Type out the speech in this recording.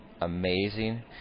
amazing